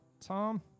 Tom